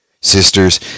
sisters